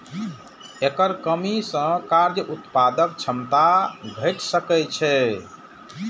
एकर कमी सं कार्य उत्पादक क्षमता घटि सकै छै